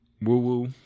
woo-woo